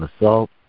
assault